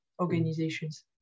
organizations